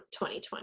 2020